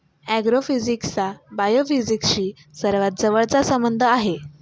ऍग्रोफिजिक्सचा बायोफिजिक्सशी सर्वात जवळचा संबंध आहे